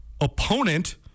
opponent